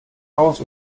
aus